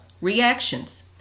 reactions